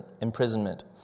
imprisonment